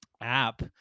app